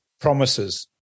promises